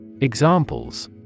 Examples